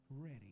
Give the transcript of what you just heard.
ready